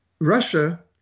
Russia